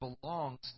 belongs